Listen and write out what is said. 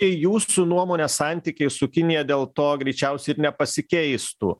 jūsų nuomone santykiai su kinija dėl to greičiausiai ir nepasikeistų